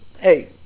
hey